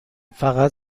فقط